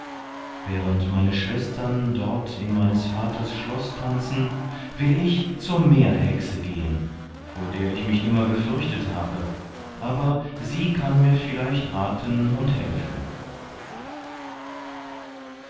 während meine schwestern dort in meines vaters schloß tanzen will ich zur meerhexe gehen vor der ich mich immer gefürchtet habe aber sie kann mir vielleicht raten und helfen